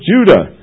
Judah